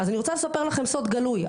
אז אני רוצה לספר לכם סוד גלוי.